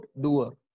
doer